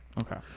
okay